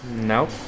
Nope